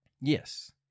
Yes